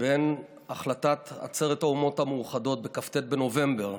בין החלטת עצרת האומות המאוחדות בכ"ט בנובמבר